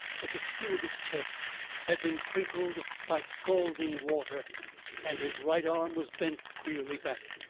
but the skin of his chest had been crinkled by scalding water and his right arm was bent queerly back.